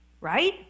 right